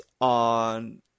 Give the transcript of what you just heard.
on